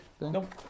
nope